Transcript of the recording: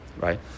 right